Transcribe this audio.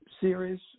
series